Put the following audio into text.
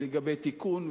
לגבי תיקון,